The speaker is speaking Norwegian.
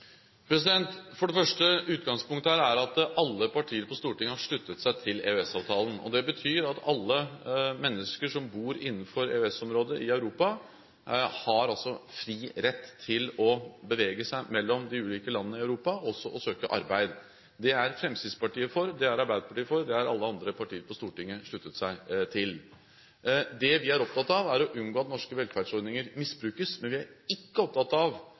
For det første: Utgangspunktet er at alle partier på Stortinget har sluttet seg til EØS-avtalen. Det betyr at alle mennesker som bor innenfor EØS-området i Europa, har fri rett til å bevege seg mellom de ulike land i Europa og til å søke arbeid. Det er Fremskrittspartiet for, det er Arbeiderpartiet for, og det har alle andre partier på Stortinget sluttet seg til. Det vi er opptatt av, er å unngå at norske velferdsordninger misbrukes. Men vi er ikke opptatt av